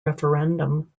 referendum